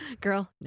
Girl